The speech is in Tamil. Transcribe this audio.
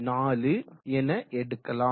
0004 என எடுக்கலாம்